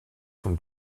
from